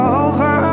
over